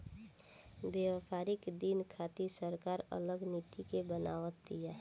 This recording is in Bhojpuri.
व्यापारिक दिन खातिर सरकार अलग नीति के बनाव तिया